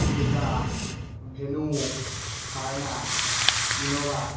Creta Venue Verna Innova